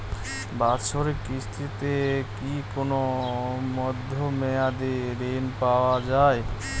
বাৎসরিক কিস্তিতে কি কোন মধ্যমেয়াদি ঋণ পাওয়া যায়?